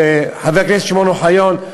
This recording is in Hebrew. חבר הכנסת שמעון אוחיון,